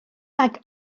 nag